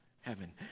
heaven